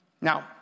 Now